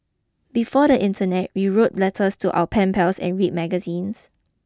before the internet we wrote letters to our pen pals and read magazines